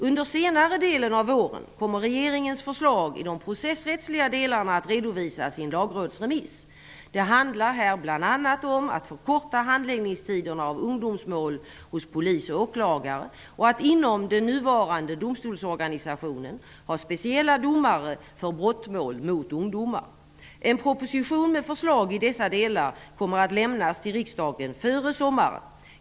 Under senare delen av våren kommer regeringens förslag i de processrättsliga delarna att redovisas i en lagrådsremiss. Det handlar här bl.a. om att förkorta handläggningstiderna av ungdomsmål hos polis och åklagare och att inom den nuvarande domstolsorganisationen ha speciella domare för brottmål mot ungdomar. En proposition med förslag i dessa delar kommer att lämnas till riksdagen före sommaren.